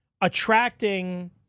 attracting